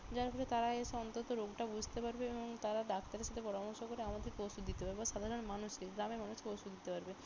যার ফলে তারা এসে অন্তত রোগটা বুঝতে পারবে এবং তারা ডাক্তারের সাথে পরামর্শ করে আমাদেরকে ওষুধ দিতে পারবে বা সাধারণ মানুষকে গ্রামের মানুষকে ওষুধ দিতে পারবে